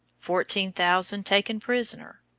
fourteen thousand taken prisoners.